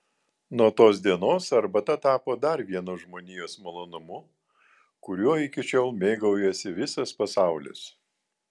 nuo tos dienos arbata tapo dar vienu žmonijos malonumu kuriuo iki šiol mėgaujasi visas pasaulis